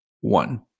one